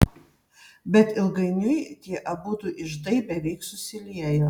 bet ilgainiui tie abudu iždai beveik susiliejo